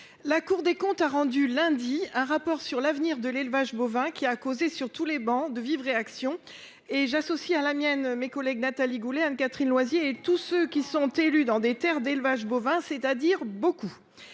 la Cour des comptes a rendu lundi un rapport sur l'avenir de l'élevage bovin qui a causé sur tous les bancs de vives réactions et j'associe à la mienne mes collègues Nathalie Goulet Anne-Catherine Loisier et tous ceux qui sont élus dans des Terres d'élevage bovin, c'est-à-dire beaucoup.